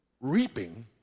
reaping